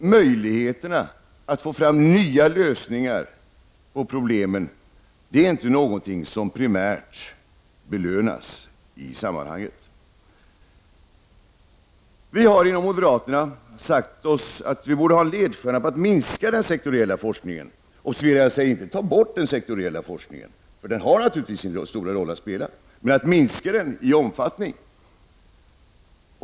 Möjligheterna att få fram nya lösningar på problemen är inte något som primärt belönas i sammanhanget. Vi moderater har sagt att vi borde ha som ledstjärna att minska den sektoriella forskningen. Observera att jag inte säger att den sektoriella forskningen skall tas bort, den har naturligtvis sin stora roll att spela, men den skall minskas i omfattning.